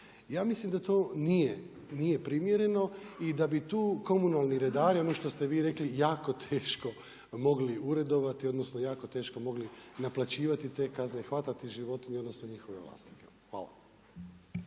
Ja mislim da to nije primjereno i da bi tu komunalni redari ono što ste vi rekli jako teško mogli uredovati odnosno jako teško mogli naplaćivati te kazne, hvatati te životinje odnosno njihove vlasnike. Hvala.